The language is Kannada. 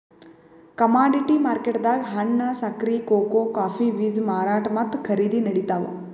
ಕಮಾಡಿಟಿ ಮಾರ್ಕೆಟ್ದಾಗ್ ಹಣ್ಣ್, ಸಕ್ಕರಿ, ಕೋಕೋ ಕಾಫೀ ಬೀಜ ಮಾರಾಟ್ ಮತ್ತ್ ಖರೀದಿ ನಡಿತಾವ್